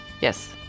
yes